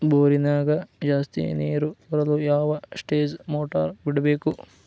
ಬೋರಿನ್ಯಾಗ ಜಾಸ್ತಿ ನೇರು ಬರಲು ಯಾವ ಸ್ಟೇಜ್ ಮೋಟಾರ್ ಬಿಡಬೇಕು?